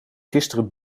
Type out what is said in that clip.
gisteren